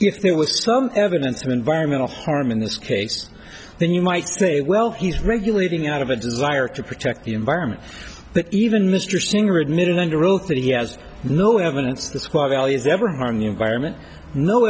if there was some evidence of environmental harm in this case then you might say well he's regulating out of a desire to protect the environment that even mr singer admitted under oath that he has no evidence this quote values ever harm the environment no